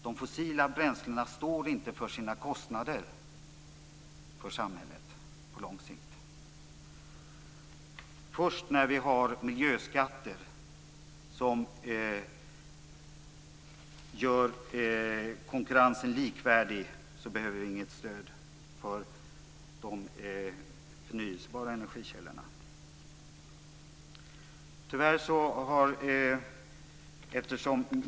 De fossila bränslena står inte för sina kostnader för samhället på lång sikt. Först när vi har miljöskatter som gör konkurrensen likvärdig behöver vi inget stöd för de förnyelsebara energikällorna.